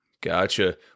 Gotcha